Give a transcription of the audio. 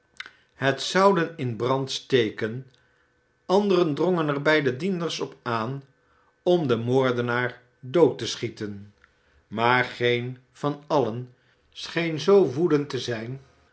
het zouden in brand steken anderen drongen er bij de dienders op aan om den moordenaar dood te schieten maar geen van allen scheen zoo woedend te zijn